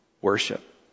Worship